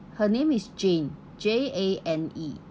her name is jane J A N E